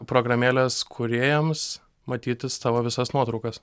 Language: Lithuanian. programėlės kūrėjams matyti savo visas nuotraukas